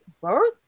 Birth